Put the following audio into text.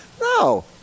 No